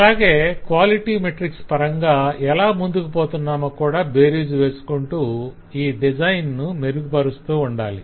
అలాగే quality metrics పరంగా ఎలా ముందుకు పోతున్నామో కూడా బేరీజు వేసుకుంటూ ఈ డిజైన్ ను మెరుగుపరుస్తూ ఉండాలి